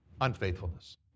Unfaithfulness